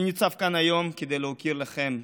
אני ניצב כאן היום כדי להוקיר לכם,